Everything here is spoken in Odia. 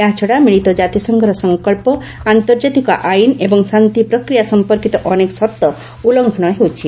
ଏହାଛଡ଼ା ମିଳିତ କାତିସଂଘର ସଙ୍କବ୍ଧ ଆନ୍ତର୍ଜାତିକ ଆଇନ ଏବଂ ଶାନ୍ତି ପ୍ରକ୍ରିୟା ସମ୍ପର୍କିତ ଅନେକ ସର୍ତ୍ତ ଉଲ୍ଲଙ୍ଘନ ହେଉଛି